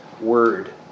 word